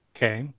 Okay